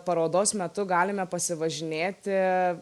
parodos metu galime pasivažinėti